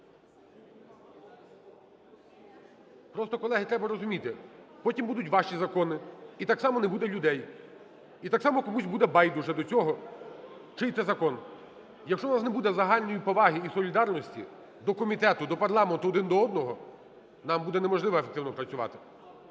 Просто, колеги, треба розуміти, потім будуть ваші закони і так само не буде людей, і так само комусь буде байдуже до цього, чий це закон. Якщо у вас не буде загальної поваги і солідарності до комітету, до парламенту, один до одного, нам буде неможливо ефективно працювати.